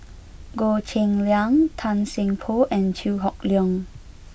Goh Cheng Liang Tan Seng Poh and Chew Hock Leong